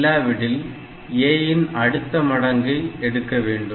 இல்லாவிடில் A ன் அடுத்த மடங்கை எடுக்க வேண்டும்